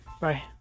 bye